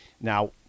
Now